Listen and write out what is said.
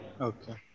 Okay